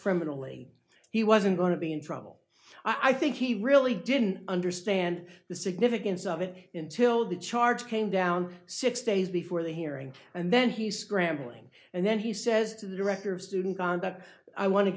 criminally he wasn't going to be in trouble i think he really didn't understand the significance of it until the charge came down six days before the hearing and then he's scrambling and then he says to the director of student conduct i want to